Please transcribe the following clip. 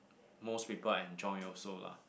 most people enjoy also lah